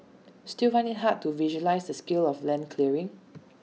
still find IT hard to visualise the scale of land clearing